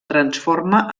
transforma